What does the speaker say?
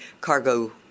cargo